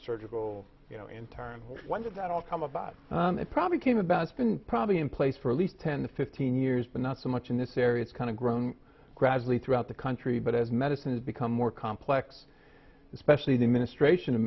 surgical you know in terms of that all come about it probably came about it's been probably in place for a least ten to fifteen years but not so much in this area it's kind of grown gradually throughout the country but as medicine has become more complex especially the ministration of